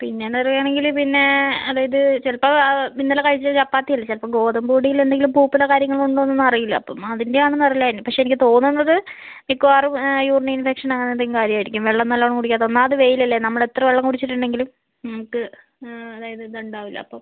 പിന്നെ എന്ന് പറയുവാണെങ്കിൽ പിന്നെ അതായത് ചിലപ്പോൾ ഇന്നലെ കഴിച്ച ചപ്പാത്തി അല്ലേ ചിലപ്പോൾ ഗോതമ്പ് പൊടിയിലെന്തെങ്കിലും പൂപ്പലോ കാര്യങ്ങളോ ഉണ്ടോ എന്നൊന്നും അറിയില്ല അപ്പം അതിൻ്റെയാണെന്ന് അറിയില്ല പക്ഷേ എനിക്ക് തോന്നുന്നത് മിക്കവാറും യൂറിൻ ഇൻഫെക്ഷൻ അങ്ങനെ എന്തെങ്കിലും കാര്യമായിരിക്കും വെള്ളം നല്ലവണ്ണം കുടിക്കുക ഒന്നാമത് വെയിലല്ലേ നമ്മളെത്ര വെള്ളം കുടിച്ചിട്ടുണ്ടെങ്കിലും നമുക്ക് അതായത് ഇതുണ്ടാവില്ല അപ്പം